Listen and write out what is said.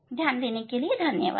ध्यान देने के लिए धन्यवाद